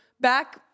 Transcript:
back